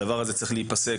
הדבר הזה צריך להיפסק,